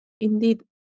indeed